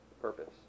purpose